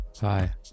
hi